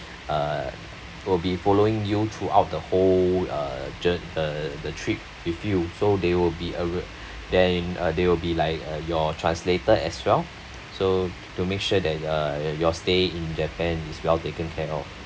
uh they'll be following you throughout the whole uh jour~ uh the trip with you so they will be over then uh they will be like uh your translator as well so to make sure that uh your stay in japan is well taken care of